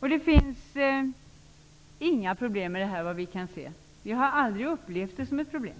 Det finns inga problem med det, såvitt vi kan se. Vi har aldrig upplevt det som ett problem.